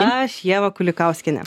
aš ieva kulikauskienė